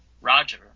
Roger –